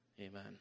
Amen